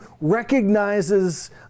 recognizes